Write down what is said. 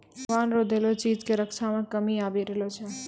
भगवान रो देलो चीज के रक्षा मे कमी आबी रहलो छै